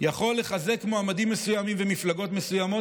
יכול לחזק מועמדים מסוימים ומפלגות מסוימות